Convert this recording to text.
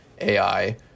AI